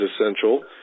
essential